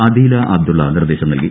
അദീല അബ്ദുള്ള നിർദേശം നൽകി